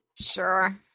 Sure